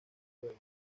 fuego